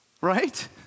Right